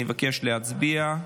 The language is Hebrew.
אני מבקש להצביע.